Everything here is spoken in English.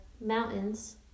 mountains